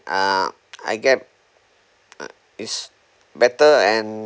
um I get it's better and